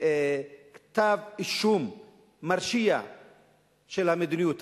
כתב-אישום מרשיע של המדיניות,